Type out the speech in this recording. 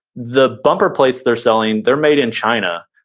the bumper plates they're selling, they're made in china.